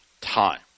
time